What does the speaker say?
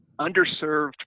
underserved